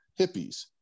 hippies